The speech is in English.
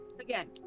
Again